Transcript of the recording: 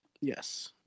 Yes